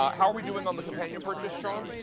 how are we doing on the companion purchase, shawn?